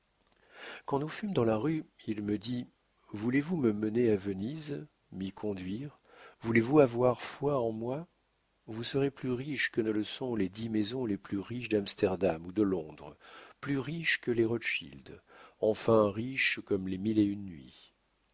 quand nous fûmes dans la rue il me dit voulez-vous me mener à venise m'y conduire voulez-vous avoir foi en moi vous serez plus riche que ne le sont les dix maisons les plus riches d'amsterdam ou de londres plus riche que les rothschild enfin riche comme les mille et une nuits